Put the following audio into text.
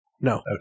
No